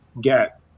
get